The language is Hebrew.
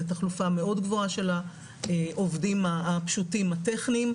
זה תחלופה מאוד גבוהה של העובדים הפשוטים הטכניים,